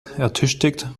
ertüchtigt